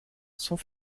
sont